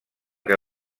que